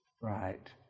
Right